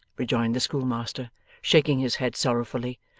rejoined the schoolmaster shaking his head sorrowfully,